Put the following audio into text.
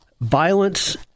Violence